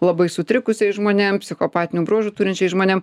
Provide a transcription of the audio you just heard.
labai sutrikusiais žmonėm psichopatinių bruožų turinčiais žmonėm